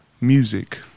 music